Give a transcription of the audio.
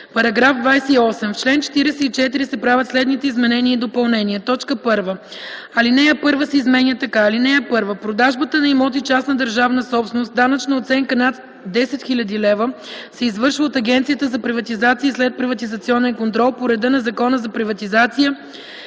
§ 28: „§ 28. В чл. 44 се правят следните изменения и допълнения: 1. Алинея 1 се изменя така: „(1) Продажбата на имоти – частна държавна собственост, с данъчна оценка над 10 хил. лв. се извършва от Агенцията за приватизация и следприватизационен контрол по реда на Закона за приватизация